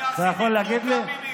אתה יכול להגיד לי?